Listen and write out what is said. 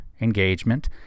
engagement